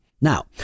Now